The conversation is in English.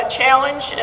challenge